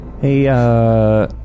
Hey